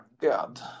god